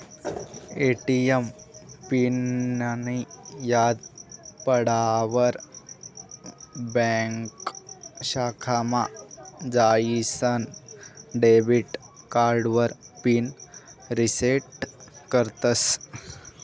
ATM पिननीं याद पडावर ब्यांक शाखामा जाईसन डेबिट कार्डावर पिन रिसेट करतस